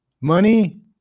Money